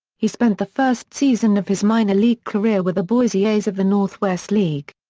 he spent the first season of his minor league career with the boise a's of the northwest league.